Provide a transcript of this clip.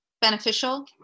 beneficial